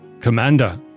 commander